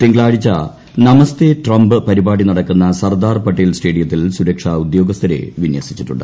തിങ്കളാഴ്ച നമസ്തേ ട്രംപ് പരിപാടി നടക്കുന്ന സർദാർ പട്ടേൽ സ്റ്റേഡിയത്തിൽ സുരക്ഷാ ഉദ്യോഗസ്ഥരെ വിന്യസിച്ചിട്ടുണ്ട്